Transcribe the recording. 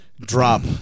drop